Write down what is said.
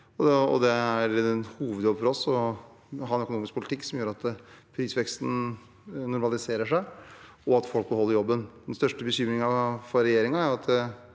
Det er en hovedjobb for oss å ha en økonomisk politikk som gjør at prisveksten normaliserer seg, og at folk beholder jobben. Den største bekymringen for regjeringen er at